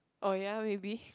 oh ya maybe